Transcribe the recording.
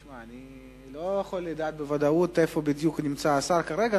אני לא יכול לדעת בוודאות איפה בדיוק נמצא השר כרגע.